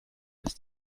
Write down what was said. ist